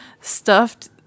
stuffed